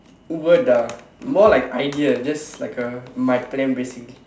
word டா:daa more like idea this is like a my plan basically